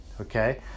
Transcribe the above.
okay